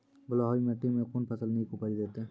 बलूआही माटि मे कून फसल नीक उपज देतै?